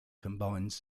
combines